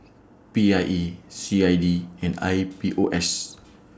P I E C I D and I P O S